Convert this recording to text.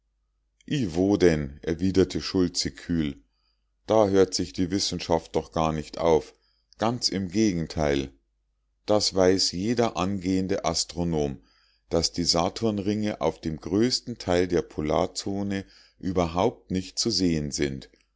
wo denn erwiderte schultze kühl da hört sich die wissenschaft doch gar nicht auf ganz im gegenteil das weiß jeder angehende astronom daß die saturnringe auf dem größten teil der polarzone überhaupt nicht zu sehen sind